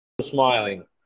smiling